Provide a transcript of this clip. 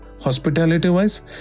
hospitality-wise